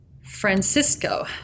Francisco